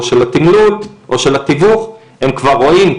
או של התמלול, או של התיווך, הם כבר רואים.